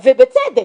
ובצדק,